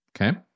Okay